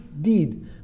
deed